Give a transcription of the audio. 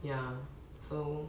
ya so